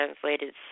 translated